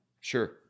Sure